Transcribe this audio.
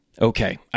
Okay